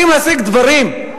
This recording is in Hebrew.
אתם יודעים להשיג דברים,